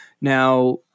Now